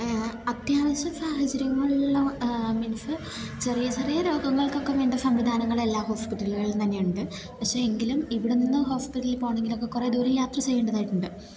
അത്യാവശ്യ സാഹചര്യങ്ങളിൽ മീൻസ് ചെറിയ ചെറിയ രോഗങ്ങൾക്കൊക്കെ വേണ്ട സംവിധാനങ്ങൾ എല്ലാ ഹോസ്പിറ്റലുകളിൽ തന്നെയുണ്ട് പക്ഷേ എങ്കിലും ഇവിടെ നിന്ന് ഹോസ്പിറ്റലിൽ പോകണമെങ്കിലൊക്കെ കുറേ ദൂരം യാത്ര ചെയ്യേണ്ടതായിട്ടുണ്ട്